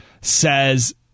says